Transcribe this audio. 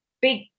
big